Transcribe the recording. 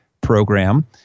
Program